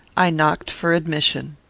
i knocked for admission.